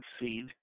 seed